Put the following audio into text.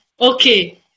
okay